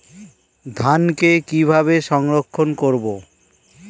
ধানকে কিভাবে সংরক্ষণ করব?